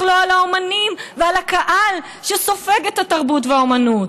לא על האומנים ועל הקהל שסופג את התרבות והאומנות.